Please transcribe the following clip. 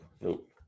nope